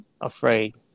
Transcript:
afraid